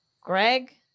Greg